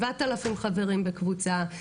7,000 חברים בקבוצה,